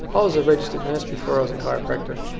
i was a registered nurse before i was a chiropractor.